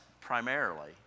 primarily